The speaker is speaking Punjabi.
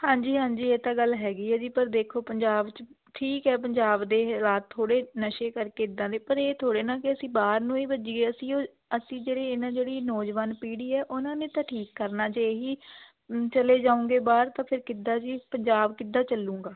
ਹਾਂਜੀ ਹਾਂਜੀ ਇਹ ਤਾਂ ਗੱਲ ਹੈਗੀ ਹੈ ਜੀ ਪਰ ਦੇਖੋ ਪੰਜਾਬ 'ਚ ਠੀਕ ਹੈ ਪੰਜਾਬ ਦੇ ਹਾਲਾਤ ਥੋੜ੍ਹੇ ਨਸ਼ੇ ਕਰਕੇ ਇੱਦਾਂ ਦੇ ਪਰ ਇਹ ਥੋੜ੍ਹੇ ਨਾ ਕਿ ਅਸੀਂ ਬਾਹਰ ਨੂੰ ਹੀ ਭੱਜੀਏ ਅਸੀਂ ਉਹ ਅਸੀਂ ਜਿਹੜੀ ਇਹ ਨਾਂ ਜਿਹੜੀ ਨੌਜਵਾਨ ਪੀੜ੍ਹੀ ਹੈ ਉਹਨਾਂ ਨੇ ਤਾਂ ਠੀਕ ਕਰਨਾ ਜੇ ਇਹ ਹੀ ਚਲੇ ਜਾਉਂਗੇ ਬਾਹਰ ਤਾਂ ਫਿਰ ਕਿੱਦਾਂ ਜੀ ਪੰਜਾਬ ਕਿੱਦਾਂ ਚੱਲੂੰਗਾ